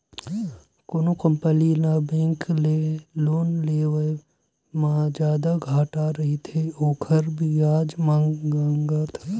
कोनो कंपनी ल बेंक ले लोन लेवब म जादा घाटा रहिथे, ओखर बियाज नँगत रहिथे